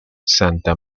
santa